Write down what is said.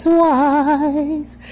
wise